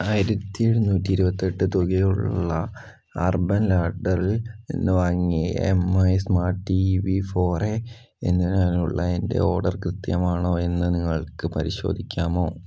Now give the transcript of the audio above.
ആയിരത്തി എഴുന്നൂറ്റി ഇരുപത്തി എട്ട് തുകയുള്ള അർബൻ ലാഡറിൽ നിന്ന് വാങ്ങിയ M I smart T V four A എന്നതിനായുള്ള എൻ്റെ ഓർഡർ കൃത്യമാണോ എന്നു നിങ്ങൾക്ക് പരിശോധിക്കാമോ